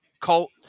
cult